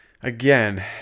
again